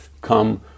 come